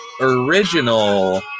original